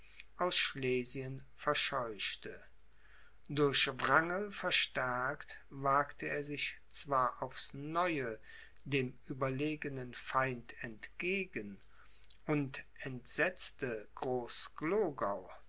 aus schlesien verscheuchte durch wrangeln verstärkt wagte er sich zwar aufs neue dem überlegnen feind entgegen und entsetzte